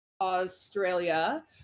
Australia